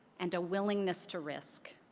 and a willingness to risk.